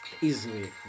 easily